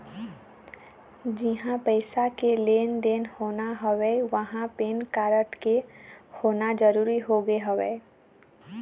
जिहाँ पइसा के लेन देन होना हवय उहाँ पेन कारड के होना जरुरी होगे हवय